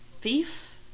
Thief